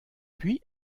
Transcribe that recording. puis